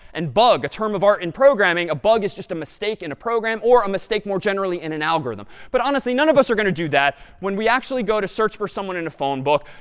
and bug, a term of our in programming, a bug is just a mistake in a program, or a mistake, more generally, in an algorithm. but honestly, none of us are going to do that. when we actually go to search for someone in a phone book,